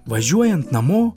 važiuojant namo